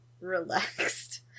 relaxed